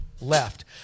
left